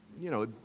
you know,